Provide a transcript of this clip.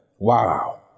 Wow